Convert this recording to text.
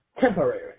temporary